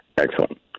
Excellent